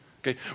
Okay